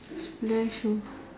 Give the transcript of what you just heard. splash who